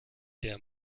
der